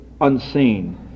unseen